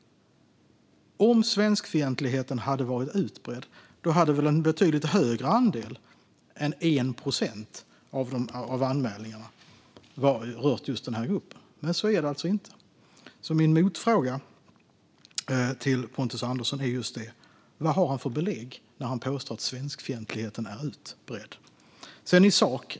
Om svenskfientligheten hade varit utbredd hade väl en betydligt högre andel än 1 procent av anmälningarna rört just den här gruppen, men så är det alltså inte. Min motfråga till Pontus Andersson är just: Vad har han för belägg när han påstår att svenskfientligheten är utbredd?